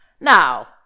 Now